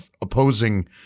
opposing